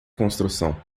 construção